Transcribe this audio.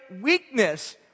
weakness